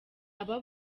aba